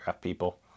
people